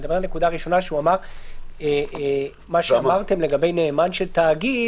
אני מדבר על הנקודה הראשונה שהוא אמר מה שאמרתם לגבי נאמן של תאגיד,